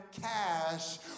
cash